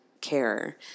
care